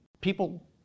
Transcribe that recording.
People